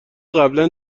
قبلا